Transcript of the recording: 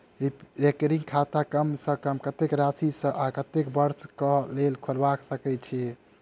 recurring खाता कम सँ कम कत्तेक राशि सऽ आ कत्तेक वर्ष कऽ लेल खोलबा सकय छी